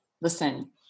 listen